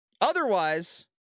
Otherwise